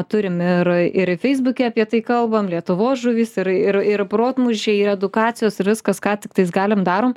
turim ir ir feisbuke apie tai kalbam lietuvos žuvys ir ir ir protmūšiai ir edukacijos ir viskas ką tiktais galim darom